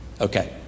Okay